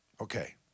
Okay